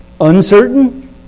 uncertain